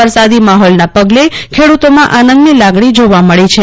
વરસાદી માહોલના પગલે ખેડૂતોમાં આનંદની લાગણી જોવા મળી છે